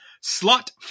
Slot